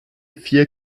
vier